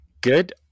Good